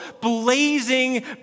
blazing